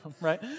right